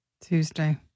Tuesday